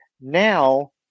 Now